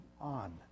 on